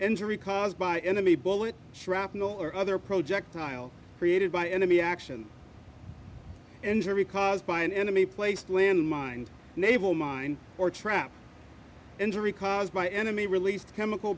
injury caused by enemy bullet shrapnel or other projectile created by enemy action injury caused by an enemy placed landmine naval mine or trap injury caused by enemy released chemical